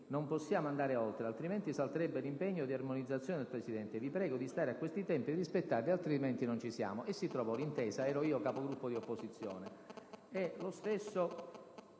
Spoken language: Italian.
non possiamo andare oltre, altrimenti salterebbe l'impegno di armonizzazione del Presidente. Vi prego di stare a questi tempi, di rispettarli, altrimenti non ci siamo». E si trovò l'intesa. Ero io Capogruppo di opposizione.